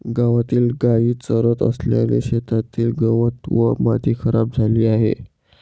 गावातील गायी चरत असल्याने शेतातील गवत व माती खराब झाली आहे